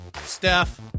Steph